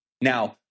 Now